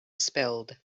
spilled